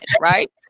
right